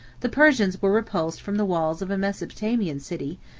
the persians were repulsed from the walls of a mesopotamian city,